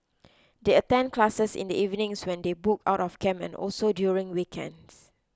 they attend classes in the evenings when they book out of camp and also during the weekends